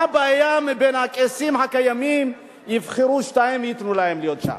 מה הבעיה אם מן הקייסים הקיימים יבחרו שניים וייתנו להם להיות שם?